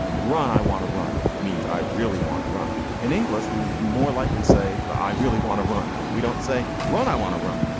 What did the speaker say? run. i want to run means i really want to run. in english, we would more likely say, i really want to run. we don't say run. i want to run.